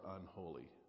unholy